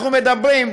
אנחנו מדברים,